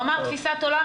הוא אמר תפיסת עולם,